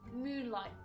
moonlight